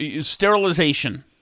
Sterilization